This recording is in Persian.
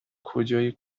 کجای